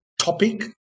topic